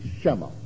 Shema